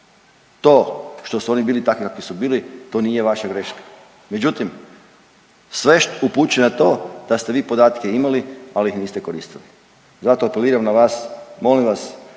To što su oni bili takvi kakvi su bili to nije vaša greška, međutim sve upućuje na to da ste vi podatke imali, ali ih niste koristili. Zato apeliram na vas, molim vas